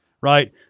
right